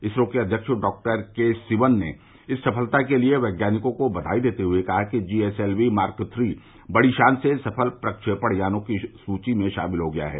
इसरो के अव्यक्ष डॉक्टर केसिवन ने इस सफलता के लिए वैज्ञानिकों को बयाई देते हुए कहा कि G S L V mark three बड़ी शान से सफल प्रक्षेपण यानों की सूची में शामिल हो गया है